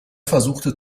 versuchte